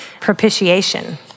propitiation